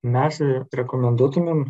mes rekomenduotumėm